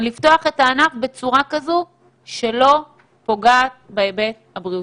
לפתוח את הענף בצורה שלא פוגעת בהיבט הבריאותי.